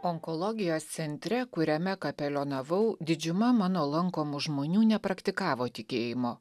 onkologijos centre kuriame kapelionavau didžiuma mano lankomų žmonių nepraktikavo tikėjimo